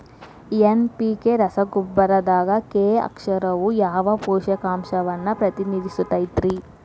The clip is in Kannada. ಎನ್.ಪಿ.ಕೆ ರಸಗೊಬ್ಬರದಾಗ ಕೆ ಅಕ್ಷರವು ಯಾವ ಪೋಷಕಾಂಶವನ್ನ ಪ್ರತಿನಿಧಿಸುತೈತ್ರಿ?